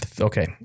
Okay